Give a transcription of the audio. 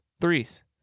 threes